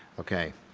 okay.